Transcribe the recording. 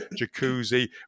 jacuzzi